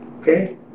Okay